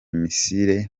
misile